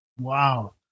Wow